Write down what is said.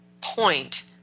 point